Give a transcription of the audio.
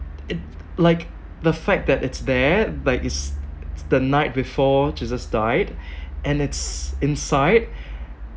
it like the fact that it's there like it's the night before jesus died and it's inside